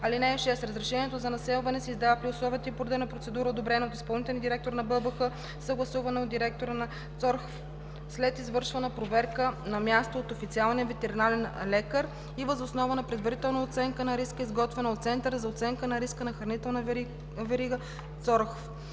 БАБХ. (6) Разрешението за населване се издава при условията и по реда на процедура, одобрена от изпълнителния директор на БАБХ, съгласувана от директора на ЦОРХВ, след извършена проверка на място от официалния ветеринарен лекар и въз основа на предварителна оценка на риска, изготвена от Центъра за оценка на риска по хранителната верига (ЦОРХВ).